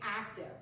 active